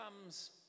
comes